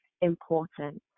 important